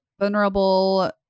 vulnerable